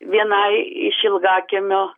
vienai iš ilgakiemio